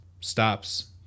stops